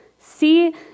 see